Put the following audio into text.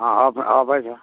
अँ अफै अफै छ